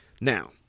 Now